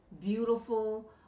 beautiful